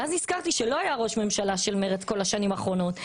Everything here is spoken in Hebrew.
ואז נזכרתי שלא היה ראש ממשלה ממרצ בכל השנים האחרונות,